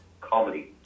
comedy